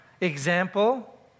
example